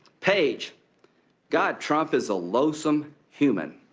page god, trump is a loathsome human.